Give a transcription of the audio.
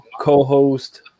co-host